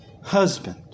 husband